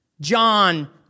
John